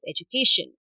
education